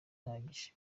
ahagije